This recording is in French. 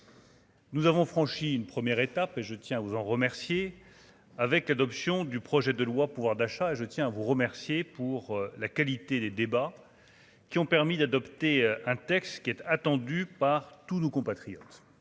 Nous avons franchi une première étape et je tiens à vous en remercier, avec l'adoption du projet de loi, pouvoir d'achat, je tiens à vous remercier pour la qualité des débats qui ont permis d'adopter un texte qui est attendu par tous nos compatriotes